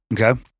Okay